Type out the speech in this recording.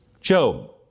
Job